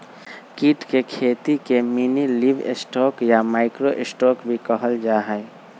कीट के खेती के मिनीलिवस्टॉक या माइक्रो स्टॉक भी कहल जाहई